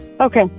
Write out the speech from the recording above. Okay